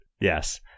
Yes